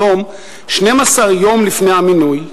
היום, 12 יום לפני המינוי,